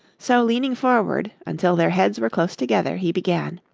so leaning forward, until their heads were close together, he began